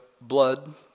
blood